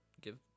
give